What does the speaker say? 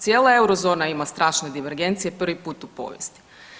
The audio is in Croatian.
Cijela euro zona ima strašne divergencije prvi put u povijesti.